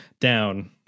down